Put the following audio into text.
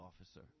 officer